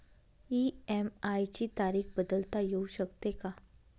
EMI ची तारीख बदलता येऊ शकते का?